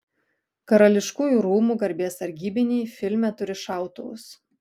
karališkųjų rūmų garbės sargybiniai filme turi šautuvus